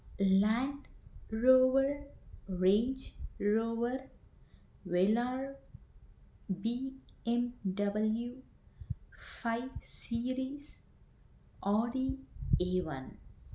land Rover Range Rover Velar BMW five series Audi A one